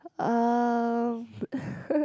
um